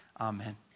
Amen